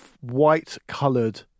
white-coloured